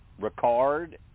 Ricard